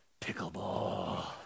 pickleball